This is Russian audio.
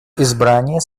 избрание